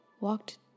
walked